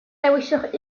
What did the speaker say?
dewiswch